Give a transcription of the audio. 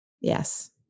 Yes